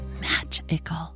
magical